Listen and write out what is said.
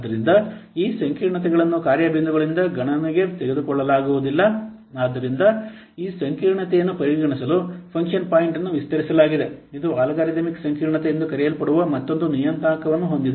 ಆದ್ದರಿಂದ ಈ ಸಂಕೀರ್ಣತೆಗಳನ್ನು ಕಾರ್ಯ ಬಿಂದುಗಳಿಂದ ಗಣನೆಗೆ ತೆಗೆದುಕೊಳ್ಳಲಾಗುವುದಿಲ್ಲ ಆದ್ದರಿಂದ ಈ ಸಂಕೀರ್ಣತೆಯನ್ನು ಪರಿಗಣಿಸಲು ಫಂಕ್ಷನ್ ಪಾಯಿಂಟ್ ಅನ್ನು ವಿಸ್ತರಿಸಲಾಗಿದೆ ಇದು ಅಲ್ಗಾರಿದಮಿಕ್ ಸಂಕೀರ್ಣತೆ ಎಂದು ಕರೆಯಲ್ಪಡುವ ಮತ್ತೊಂದು ನಿಯತಾಂಕವನ್ನು ಹೊಂದಿದೆ